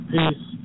Peace